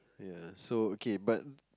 ya so okay but